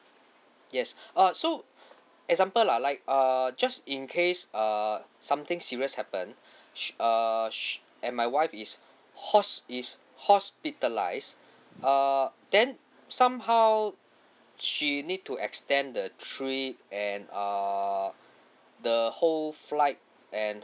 yes err so example lah like err just in case err something serious happen she err she and my wife is hos~ is hospitalised err then somehow she need to extend the trip and err the whole flight and